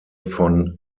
von